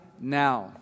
now